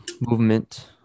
movement